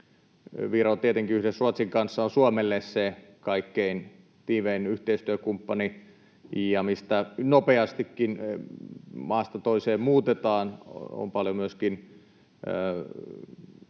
Viro tietenkin yhdessä Ruotsin kanssa on Suomelle se kaikkein tiivein yhteistyökumppani ja se, mistä nopeastikin maasta toiseen muutetaan. On paljon myöskin